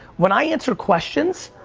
when i answer questions,